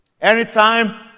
Anytime